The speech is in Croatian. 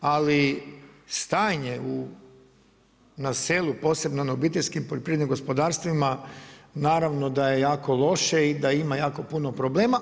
Ali stanje na selu, posebno na obiteljskim poljoprivrednim gospodarstvima naravno da je jako loše i da ima jako puno problema.